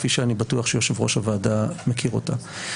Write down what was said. כפי שאני בטוח שיושב-ראש הוועדה מכיר אותה.